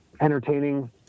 entertaining